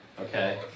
Okay